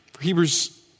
Hebrews